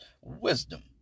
wisdom